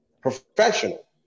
professional